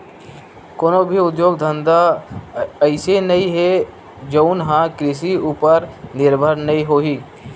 कोनो भी उद्योग धंधा अइसे नइ हे जउन ह कृषि उपर निरभर नइ होही